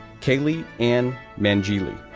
caleigh ann manguilli,